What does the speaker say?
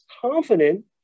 confident